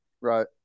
right